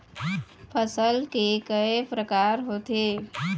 फसल के कय प्रकार होथे?